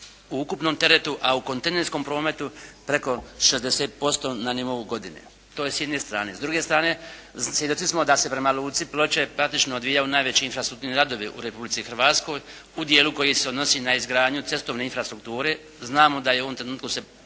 u ukupnom teretu, a u kontejnerskom prometu preko 60% na nivou godine. To je s jedne strane. S druge strane svjedoci smo da se prema Luci Ploče praktično odvijao najveći infrastrukturni radovi u Republici Hrvatskoj u dijelu koji se odnosi na izgradnju cestovne infrastrukture. Znamo da u ovom trenutku